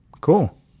Cool